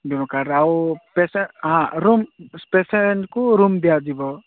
ଜଣକ କାର୍ଡ୍ରେ ଆଉ ପେସେଣ୍ଟ୍ ହଁ ରୁମ୍ ପେସେଣ୍ଟ୍କୁ ରୁମ୍ ଦିଆଯିବ